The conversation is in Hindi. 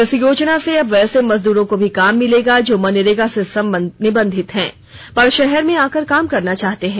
इस योजना से अब वैसे मजदूरों को भी काम मिलेगा जो मनरेगा से भी निबंधित पर शहर में आकर काम करना चाहते हैं